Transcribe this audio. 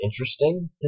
interesting